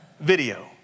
Video